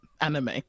anime